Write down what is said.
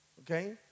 okay